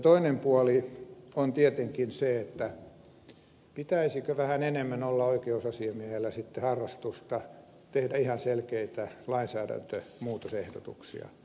toinen puoli on tietenkin se pitäisikö vähän enemmän olla oikeusasiamiehellä sitten harrastusta tehdä ihan selkeitä lainsäädäntömuutosehdotuksia